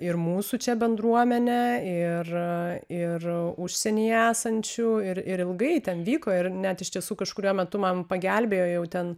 ir mūsų čia bendruomenę ir ir užsienyje esančių ir ir ilgai ten vyko ir net iš tiesų kažkuriuo metu man pagelbėjo jau ten